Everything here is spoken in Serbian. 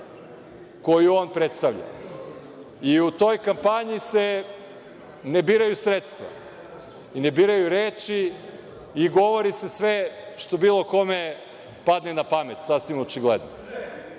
koju on predstavlja. U toj kampanji se ne biraju sredstva i ne biraju reči i govori se sve što bilo kome padne na pamet, sasvim očigledno. Postavlja